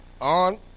on